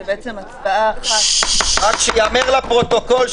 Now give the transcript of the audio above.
זאת בעצם הצבעה אחת --- רק שייאמר לפרוטוקול,